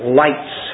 lights